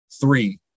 Three